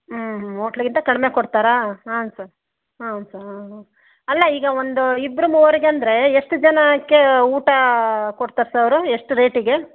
ಹ್ಞೂ ಹ್ಞೂ ಹೊಟ್ಲಗಿಂತ ಕಡಿಮೆ ಕೊಡ್ತಾರಾ ಹಾಂ ಸರ್ ಹಾಂ ಸರ್ ಹಾಂ ಹ್ಞೂ ಅಲ್ಲ ಈಗ ಒಂದು ಇಬ್ರು ಮೂವರಿಗಂದರೆ ಎಷ್ಟು ಜನಕ್ಕೆ ಊಟ ಕೊಡ್ತಾರೆ ಸರ್ ಅವರು ಎಷ್ಟು ರೇಟಿಗೆ